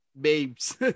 babes